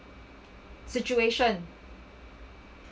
situation